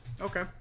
Okay